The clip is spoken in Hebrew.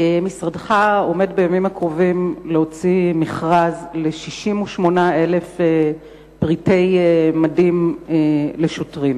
משרדך עומד בימים הקרובים להוציא מכרז ל-68,000 פרטי מדים לשוטרים.